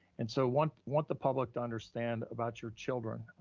and so want want the public to understand about your children.